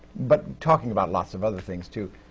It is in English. but talking about lots of other things, too.